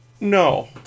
No